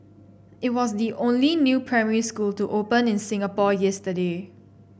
it was the only new primary school to open in Singapore yesterday